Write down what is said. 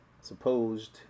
Supposed